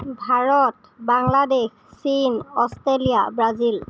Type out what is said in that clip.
ভাৰত বাংলাদেশ চীন Australia Brazil